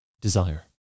desire